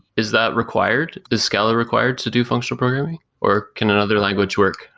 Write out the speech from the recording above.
is that required? is scala required to do functional programming or can another language work?